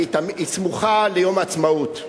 היא סמוכה ליום העצמאות,